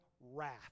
wrath